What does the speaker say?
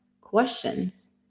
questions